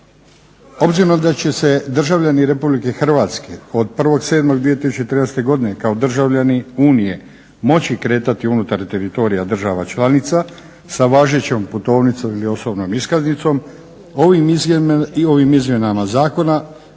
Obzirom da će se državljani Republike Hrvatske od 1.7.2013. godine kao državljani Unije moći kretati unutar teritorija država članica sa važećom putovnicom ili osobnom iskaznicom ovim izmjenama zakona